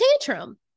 tantrum